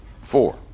four